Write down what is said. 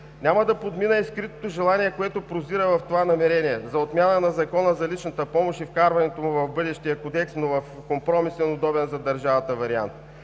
Няма да подмина и скритото желание, което прозира в това намерение – отмяна на Закона за личната помощ и вкарването му в бъдещия кодекс, но в компромисен и удобен за държавата вариант.